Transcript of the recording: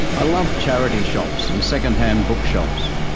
i love charity shops and second-hand bookshops.